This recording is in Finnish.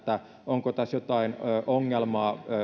onko jotain ongelmaa